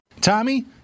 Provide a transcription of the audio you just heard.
Tommy